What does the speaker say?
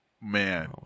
man